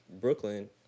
Brooklyn